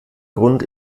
grund